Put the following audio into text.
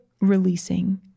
releasing